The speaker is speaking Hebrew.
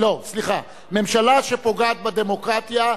ממשלה שפוגעת בדמוקרטיה,